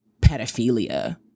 pedophilia